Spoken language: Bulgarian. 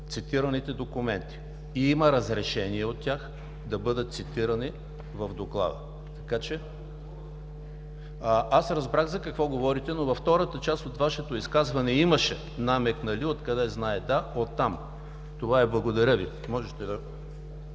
цитираните документи, и има разрешение от нея да бъдат цитирани в Доклада. (Реплики.) Аз разбрах за какво говорите, но във втората част от Вашето изказване имаше намек „откъде знае“ – да, от там. Това е. Благодаря Ви. ФИЛИП ПОПОВ